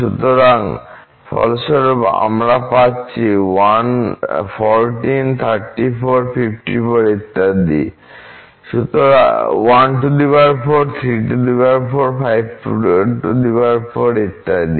সুতরাং ফলস্বরূপ আমরা পাচ্ছি14 34 54 ইত্যাদি